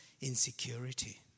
Insecurity